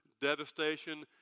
devastation